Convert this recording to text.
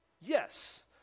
Yes